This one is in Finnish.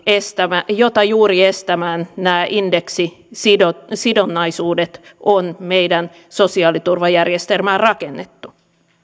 jota estämään juuri on nämä indeksisidonnaisuudet on meidän sosiaaliturvajärjestelmäämme rakennettu